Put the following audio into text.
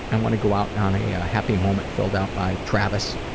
and want to go out on a happy moment filled out by travis.